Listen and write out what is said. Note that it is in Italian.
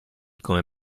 come